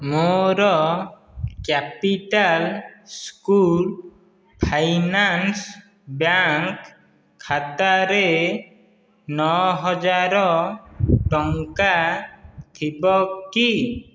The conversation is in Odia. ମୋର କ୍ୟାପିଟାଲ୍ ସ୍କୁଲ୍ ଫାଇନାନ୍ସ୍ ବ୍ୟାଙ୍କ୍ ଖାତାରେ ନଅ ହଜାର ଟଙ୍କା ଥିବ କି